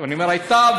אני אומר: הייתה,